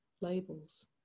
labels